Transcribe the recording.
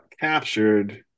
captured